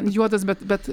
juodas bet bet